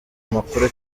amakuru